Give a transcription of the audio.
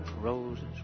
roses